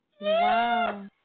Wow